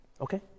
Okay